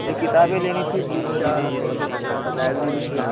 وہ کتابیں لینی تھی تین چار لائبریری سے